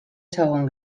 segon